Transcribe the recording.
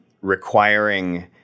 requiring